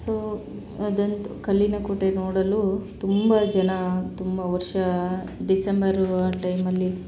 so ಅದಂತು ಕಲ್ಲಿನ ಕೋಟೆ ನೋಡಲು ತುಂಬ ಜನ ತುಂಬ ವರ್ಷ ಡಿಸೆಂಬರು ಆ ಟೈಮಲ್ಲಿ